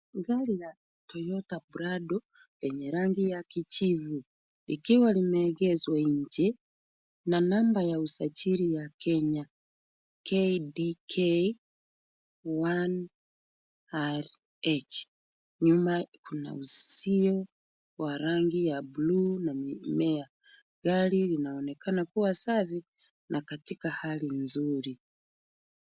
Gari la Toyota Prado lenye rangi ya kijivu likiwa limeegezwa nje namba ya usajili ya Kenya KDK 1RH. Nyuma kuna uzio wa rangi ya buluu na mimea. Gari linaonekana kuwa safi na katika hali nzuri.